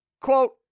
Quote